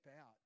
out